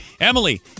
emily